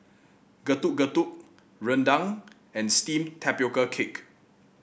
Getuk Getuk rendang and steamed Tapioca Cake